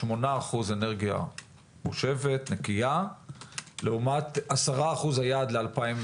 8% אנרגיה מושבת, נקייה, לעומת 10% היעד ל-2020.